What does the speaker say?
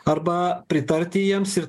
arba pritarti jiems ir